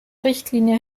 richtlinie